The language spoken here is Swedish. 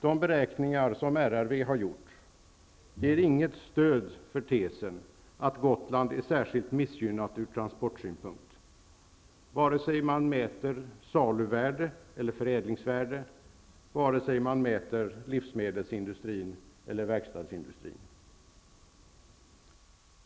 De beräkningar som RRV har gjort ger inget stöd för tesen att Gotland är särskilt missgynnat ur transportsynpunkt -- vare sig man mäter saluvärde eller förädlingsvärde och vare sig man mäter livsmedelsindustri eller verkstadsindustri.